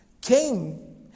came